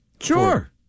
Sure